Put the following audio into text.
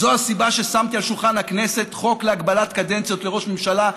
זאת הסיבה ששמתי על שולחן הכנסת חוק להגבלת קדנציות לראש ממשלה.